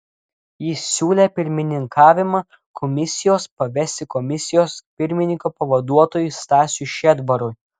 jis siūlė pirmininkavimą komisijos pavesti komisijos pirmininko pavaduotojui stasiui šedbarui